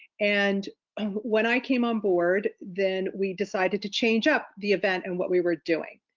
and when i came on board, then we decided to change up the event and what we were doing,